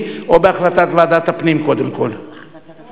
או קודם כול בהחלטת ועדת הפנים?